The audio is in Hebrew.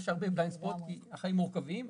הרבה Blind spots, כי החיים מורכבים.